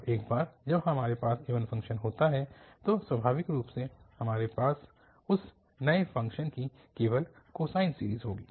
और एक बार जब हमारे पास इवन फ़ंक्शन होता है तो स्वाभाविक रूप से हमारे पास उस नए फ़ंक्शन की केवल कोसाइन सीरीज़ होगी